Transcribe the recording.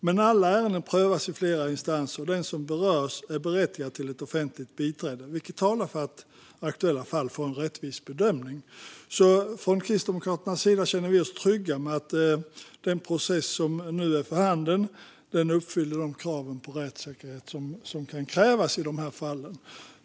Men alla ärenden prövas i flera instanser, och den som berörs är berättigad till ett offentligt biträde, vilket talar för att aktuella fall får en rättvis bedömning. Från Kristdemokraternas sida känner vi oss trygga med att den process som nu är för handen uppfyller de krav på rättssäkerhet som finns i dessa fall.